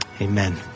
Amen